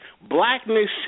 blackness